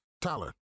Tyler